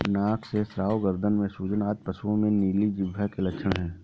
नाक से स्राव, गर्दन में सूजन आदि पशुओं में नीली जिह्वा के लक्षण हैं